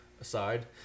aside